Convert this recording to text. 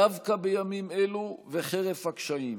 דווקא בימים אלו וחרף הקשיים.